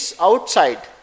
outside